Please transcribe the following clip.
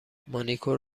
مانیکور